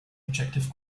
objective